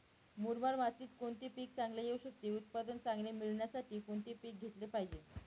मुरमाड मातीत कोणते पीक चांगले येऊ शकते? उत्पादन चांगले मिळण्यासाठी कोणते पीक घेतले पाहिजे?